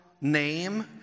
name